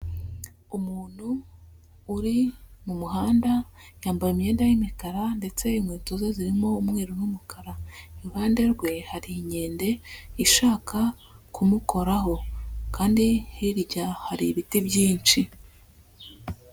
Umuntu uri mu muhanda yambaye imyenda y'imikara, ndetse inkweto ze zirimo umweru n'umukara, iruhande rwe hari inkende ishaka kumukoraho, kandi hirya hari ibiti byinshi.